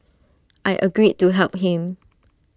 I agreed to help him